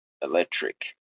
electric